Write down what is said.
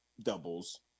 doubles